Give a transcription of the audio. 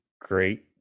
great